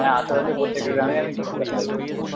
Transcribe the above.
হ্যাঁ আশেপাশের প্রত্যেকটা গ্রামেই আমি চিকেন সাপ্লাই করি